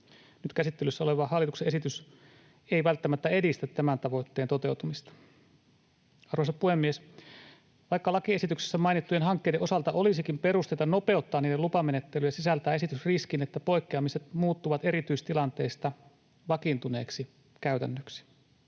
Nyt käsittelyssä oleva hallituksen esitys ei välttämättä edistä tämän tavoitteen toteutumista. Arvoisa puhemies! Vaikka lakiesityksessä mainittujen hankkeiden osalta olisikin perusteita nopeuttaa niiden lupamenettelyä, sisältää esitys riskin siitä, että poikkeamiset muuttuvat erityistilanteista vakiintuneeksi käytännöksi.